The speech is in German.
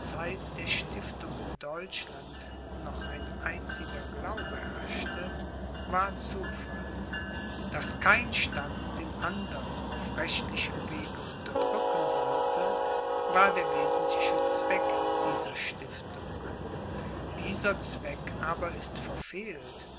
der stiftung in deutschland noch ein einziger glaube herrschte war zufall daß kein stand den andern auf rechtlichem wege unterdrücken sollte war der wesentliche zweck dieser stiftung dieser zweck aber ist verfehlt